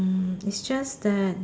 hmm is just that